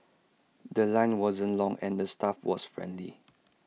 The Line wasn't long and the staff was friendly